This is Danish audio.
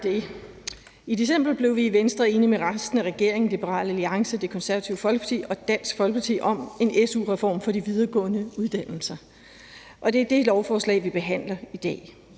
I december blev vi i Venstre enige med resten af regeringen, Liberal Alliance, Det Konservative Folkeparti og Dansk Folkeparti om en su-reform for de videregående uddannelser, og det er det lovforslag, vi behandler i dag.